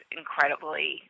incredibly